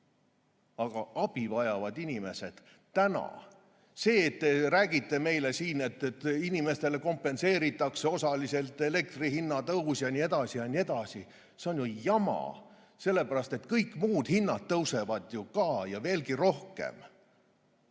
Aga abi vajavad inimesed täna. See, et te räägite meile siin, et inimestele kompenseeritakse osaliselt elektri hinna tõus ja nii edasi ja nii edasi – see on ju jama, sellepärast et kõik muud hinnad tõusevad ju ka ja veelgi rohkem.